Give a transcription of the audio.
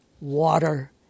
water